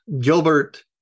Gilbert